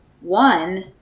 one